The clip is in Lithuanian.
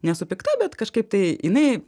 nesu pikta bet kažkaip tai jinai